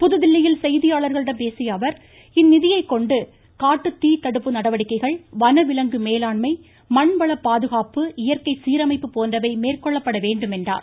புதுதில்லியில் செய்தியாளர்களிடம் பேசிய அவர் இந்நிதியைக் கொண்டு காட்டுத்தீ தடுப்பு நடவடிக்கைகள் வனவிலங்கு மேலாண்மை மண்வளப் பாதுகாப்பு இயற்கை சீரமைப்பு போன்றவை மேற்கொள்ளப்பட வேண்டும் என்றார்